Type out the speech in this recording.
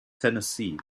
tennessee